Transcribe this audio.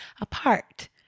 apart